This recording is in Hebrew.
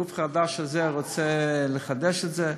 והגוף החדש הזה רוצה לחדש את זה.